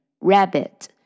Rabbit